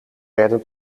werden